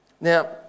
Now